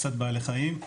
קצת בעלי חיים,